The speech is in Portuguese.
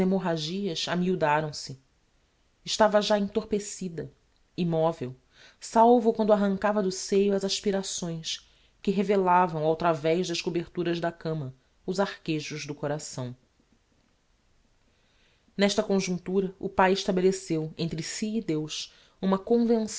amiudaram-se estava já entorpecida immovel salvo quando arrancava do seio as aspirações que revelavam ao través das coberturas da cama os arquejos do coração n'esta conjunctura o pai estabeleceu entre si e deus uma convenção